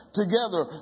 together